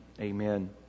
Amen